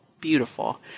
beautiful